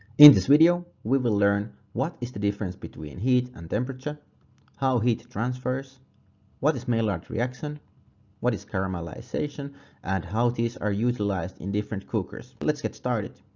in this video we will learn what is the difference between heat and temperature how heat transfers what is maillard reaction what is caramelization and how these are utilized in different cookers. let's get started!